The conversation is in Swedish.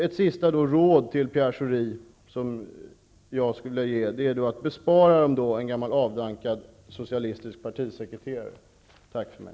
Ett sista råd till Pierre Schori: Bespara en gammal avdankad socialistisk partisekreterare. Tack för mig.